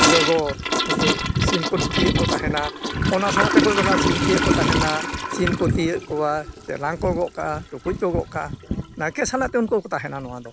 ᱡᱚᱜᱚ ᱩᱱᱠᱩ ᱥᱤᱢ ᱠᱚ ᱴᱩᱴᱤᱭᱮᱜ ᱠᱚ ᱛᱟᱦᱮᱱᱟ ᱚᱱᱟ ᱥᱤᱢ ᱛᱤᱭᱳᱜ ᱠᱚᱠᱚ ᱛᱟᱦᱮᱱᱟ ᱥᱤᱢ ᱠᱚ ᱛᱤᱭᱳᱜ ᱠᱚᱣᱟ ᱪᱮᱞᱟᱝ ᱠᱚ ᱜᱚᱜ ᱠᱟᱜᱼᱟ ᱴᱩᱠᱩᱪ ᱠᱚ ᱜᱚᱜ ᱠᱟᱜᱼᱟ ᱱᱟᱭᱠᱮ ᱥᱟᱞᱟᱜ ᱛᱮ ᱩᱱᱠᱩ ᱠᱚ ᱛᱟᱦᱮᱱᱟ ᱱᱚᱣᱟ ᱫᱚ